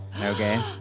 Okay